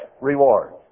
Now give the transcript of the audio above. reward